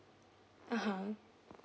(uh huh)